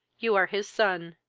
you are his son,